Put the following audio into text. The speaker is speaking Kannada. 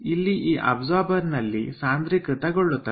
ಇಲ್ಲಿ ಈ ಅಬ್ಸಾರ್ಬರ್ ನಲ್ಲಿ ಸಾಂದ್ರೀಕೃತ ಗೊಳ್ಳುತ್ತದೆ